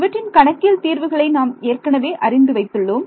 இவற்றின் கணக்கியல் தீர்வுகளை நாம் ஏற்கனவே அறிந்து வைத்துள்ளோம்